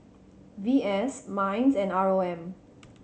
V S MINDS and R O M